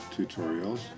tutorials